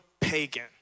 pagan